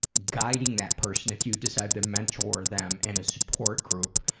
guiding that person, if you decide to mentor them in a support group,